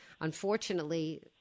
unfortunately –